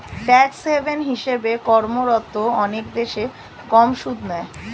tax haven হিসেবে কর্মরত অনেক দেশ কম সুদ নেয়